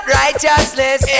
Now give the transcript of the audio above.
righteousness